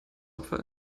opfer